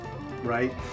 right